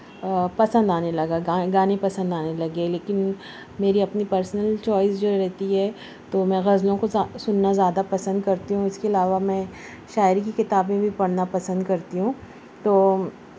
پسند آنے لگا گاہیں گانے پسند آنے لگے لیکن میری اپنی پرسنل چوائز جو رہتی ہے تو میں غزلوں کو زا سننا زیادہ پسند کرتی ہوں اس کے علاوہ میں شاعری کی کتابیں بھی پڑھنا پسند کرتی ہوں تو